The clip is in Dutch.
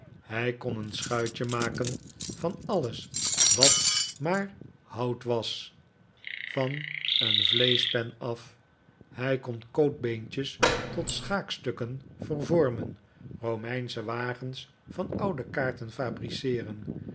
hij kon een schuitje maken van alles wat maar hout was van een vleeschpen af hij kon kootbeentjes tot schaakstukken vervormen romeinsche wagens van oude kaarten fabriceeren